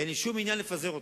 אין לי שום עניין לפזר אתכם,